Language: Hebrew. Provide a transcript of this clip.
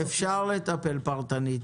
אפשר לטפל פרטנית.